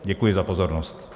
Děkuji za pozornost.